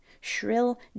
Shrill